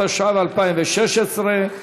התשע"ו 2016,